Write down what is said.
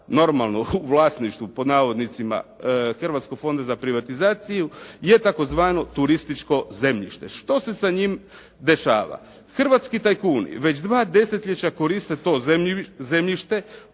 normalno u vlasništvu pod navodnicima Hrvatskog fonda za privatizaciju je tzv. turističko zemljište. Što se sa njime dešava. Hrvatski tajkuni već 2 desetljeća koriste to zemljište,